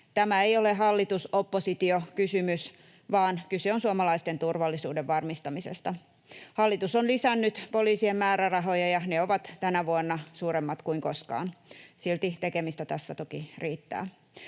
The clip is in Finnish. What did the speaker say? Tämä ei ole hallitus—oppositio-kysymys, vaan kyse on suomalaisten turvallisuuden varmistamisesta. Hallitus on lisännyt poliisien määrärahoja, ja ne ovat tänä vuonna suuremmat kuin koskaan. Silti tekemistä tässä toki riittää.